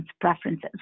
preferences